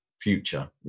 future